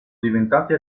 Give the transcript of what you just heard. diventate